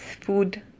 food